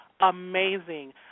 amazing